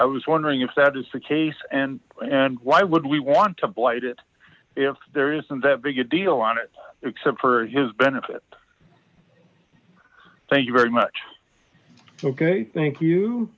i was wondering if that is the case and and why would we want to blight it if there isn't that big a deal on it except for his benefit thank you very much ok thank you